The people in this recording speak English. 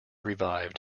revived